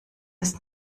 ist